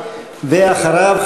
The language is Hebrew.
ואחריו,